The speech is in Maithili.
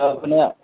अपने